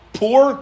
poor